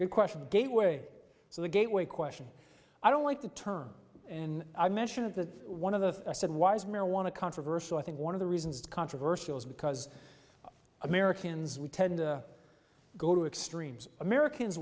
good question gateway so the gateway question i don't like the term and i mention of the one of the said why is marijuana controversial i think one of the reasons it's controversial is because americans we tend to go to extremes americans